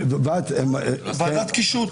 ועדת קישוט.